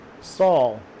Saul